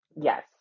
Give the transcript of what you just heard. yes